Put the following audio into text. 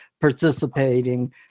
participating